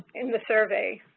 the survey.